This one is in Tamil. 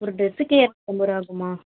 ஒரு ட்ரெஸ்ஸுக்கே இரநூத்தம்பதுருவா ஆகுமா